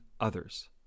others